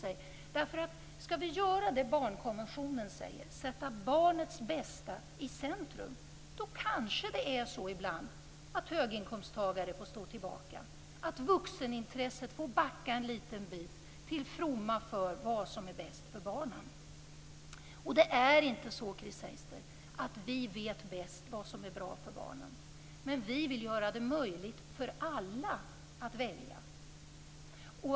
Skall vi göra det barnkonventionen säger och sätta barnets bästa i centrum kanske det är så ibland att höginkomsttagare får stå tillbaka och att vuxenintresset får backa en liten bit till fromma för vad som är bäst för barnen. Det är inte så, Chris Heister, att vi socialdemokrater vet bäst vad som är bra för barnen. Men vi vill göra det möjligt för alla att välja.